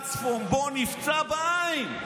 אחד צפונבון נפצע בעין.